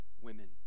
women